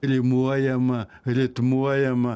rimuojama ritmuojama